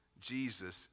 Jesus